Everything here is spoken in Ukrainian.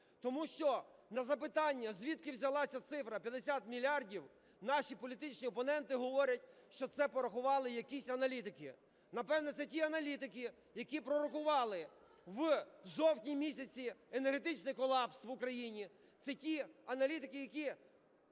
Тому що на запитання, звідки взялася цифра 50 мільярдів, наші політичні опоненти говорять, що це порахували якісь аналітики. Напевно, це ті аналітики, які прорахували в жовтні місяці енергетичний колапс в Україні, це ті аналітики, які